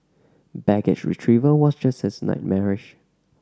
baggage retrieval was just as nightmarish